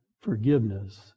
forgiveness